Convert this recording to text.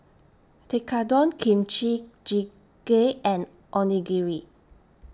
Tekkadon Kimchi Jjigae and Onigiri